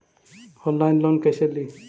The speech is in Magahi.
ऑनलाइन लोन कैसे ली?